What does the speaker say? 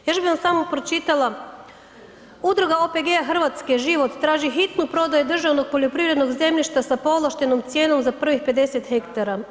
Još bih vam samo pročitala Udruga OPG Hrvatske „Život“ traži hitnu prodaju državnog poljoprivrednog zemljišta sa povlaštenom cijenom za prvih 50 hektara.